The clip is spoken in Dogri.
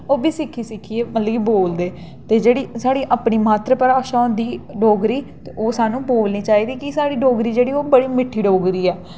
ओह् सिक्खी सिक्खियै मतलब कि बोलदे जेह्ड़ी साढ़ी अपनी मात्तर भाशा होंदी डोगरी ते ओह् साह्नूं बोलनी चाहिदी कि साढ़ी डोगरी जेह्ड़ी ओह् बड़ी मिट्ठी डोगरी ऐ